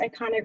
iconic